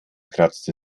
kratzte